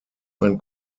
ein